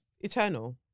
Eternal